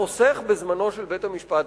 בעד חיסכון בזמנו של בית-המשפט,